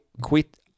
quit